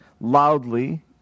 loudly